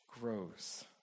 grows